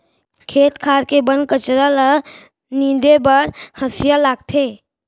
खेत खार के बन कचरा ल नींदे बर हँसिया लागथे